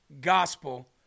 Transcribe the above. gospel